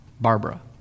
Barbara